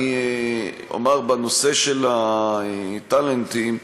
בנושא של הטאלנטים,